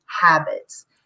habits